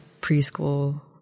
preschool